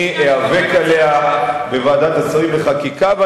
אני איאבק עליה בוועדת השרים לחקיקה.